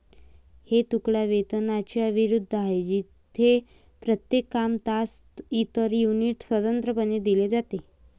हे तुकडा वेतनाच्या विरुद्ध आहे, जेथे प्रत्येक काम, तास, इतर युनिट स्वतंत्रपणे दिले जाते